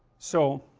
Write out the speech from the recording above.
so